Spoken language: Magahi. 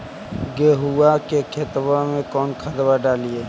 गेहुआ के खेतवा में कौन खदबा डालिए?